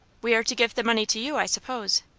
we are to give the money to you, i suppose?